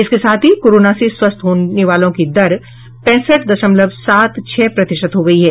इसके साथ ही कोरोना से स्वस्थ होने की दर पैंसठ दशमलव सात छह प्रतिशत हो गई है